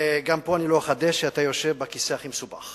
גם פה אני לא אחדש שאתה יושב על הכיסא הכי מסובך,